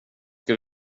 ska